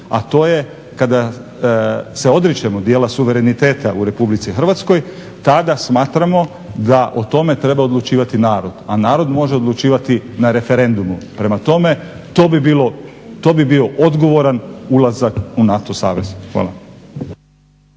a to je kada se odričemo dijela suvereniteta u Republici Hrvatskoj tada smatramo da o tome treba odlučivati narod, a narod može odlučivati na referendumu. Prema tome, to bi bio odgovoran ulazak u NATO savez. Hvala.